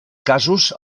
casos